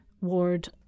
ward